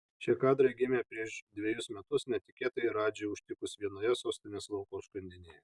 šie kadrai gimė prieš dvejus metus netikėtai radži užtikus vienoje sostinės lauko užkandinėje